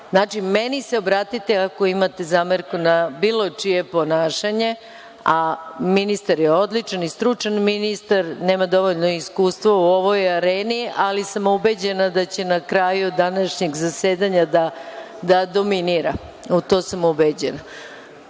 meni se obratite ako imate zamerku na bilo čije ponašanje. Ministar je odličan i stručan ministar. Nema dovoljno iskustva u ovoj areni, ali sam ubeđena da će na kraju današnjeg zasedanja da dominira. U to sam ubeđena.